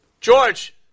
George